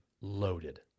loaded